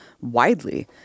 widely